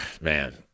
man